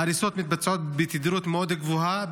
ההריסות מתבצעות בתדירות מאוד גבוהה,